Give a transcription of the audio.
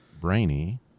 brainy